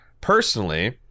Personally